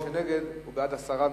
מי שנגד הוא בעד הסרה מסדר-היום.